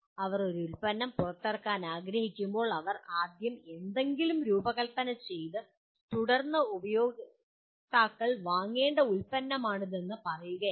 അവർ ഒരു ഉൽപ്പന്നം പുറത്തിറക്കാൻ ആഗ്രഹിക്കുമ്പോൾ അവർ ആദ്യം എന്തെങ്കിലും രൂപകൽപ്പന ചെയ്ത് തുടർന്ന് ഉപയോക്താക്കൾ വാങ്ങേണ്ട ഉൽപ്പന്നമാണിതെന്ന് പറയുകയല്ല